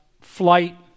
flight